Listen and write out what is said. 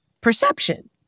perception